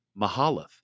Mahalath